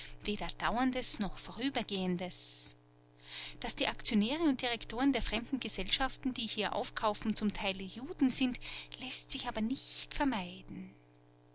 weder dauerndes noch vorübergehendes daß die aktionäre und direktoren der fremden gesellschaften die hier aufkaufen zum teile juden sind läßt sich aber nicht vermeiden